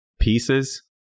pieces